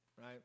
right